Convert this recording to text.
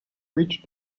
reached